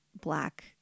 black